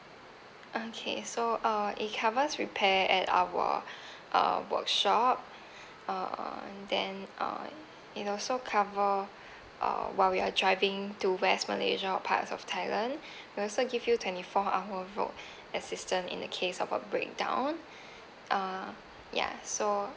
okay so uh it covers repair at our uh workshop uh then uh you also cover uh while you're driving to west malaysia or parts of thailand we also give you twenty four hour road assistant in the case of a breakdown uh ya so